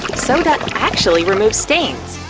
soda actually removes stains!